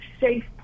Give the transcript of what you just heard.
safe